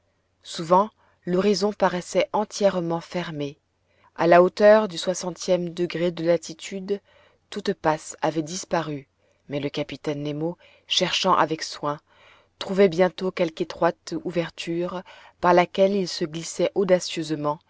souvent l'horizon paraissait entièrement fermé a la hauteur du soixantième degré de latitude toute passe avait disparu mais le capitaine nemo cherchant avec soin trouvait bientôt quelque étroite ouverture par laquelle il se glissait